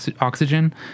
oxygen